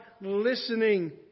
listening